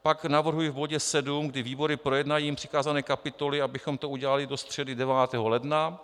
Pak navrhuji v bodě 7, kdy výbory projednají jim přikázané kapitoly, abychom to udělali do středy 9. ledna.